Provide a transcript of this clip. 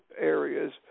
areas